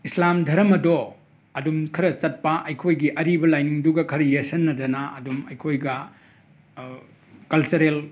ꯏꯁꯂꯥꯝ ꯙꯔꯃꯗꯣ ꯑꯗꯨꯝ ꯈꯔ ꯆꯠꯄ ꯑꯩꯈꯣꯏꯒꯤ ꯑꯔꯤꯕ ꯂꯥꯏꯅꯤꯡꯗꯨꯒ ꯈꯔ ꯌꯦꯠꯁꯤꯟꯅꯗꯅ ꯑꯗꯨꯝ ꯑꯩꯈꯣꯏꯒ ꯀꯜꯆꯔꯦꯜ